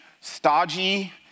stodgy